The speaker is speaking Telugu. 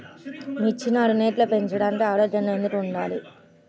మిర్చి నారు నెట్లో పెంచితే ఆరోగ్యంగా ఎందుకు ఉంటుంది?